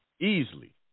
Easily